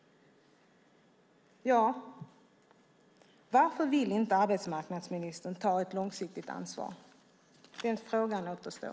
Varför vill arbetsmarknadsministern inte ta ett långsiktigt ansvar? Den frågan återstår.